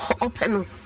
open